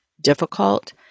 difficult